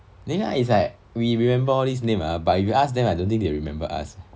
ya it's like we remember all these name ah but if you ask them I don't think they remember us